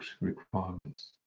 requirements